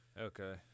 Okay